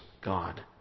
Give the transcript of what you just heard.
God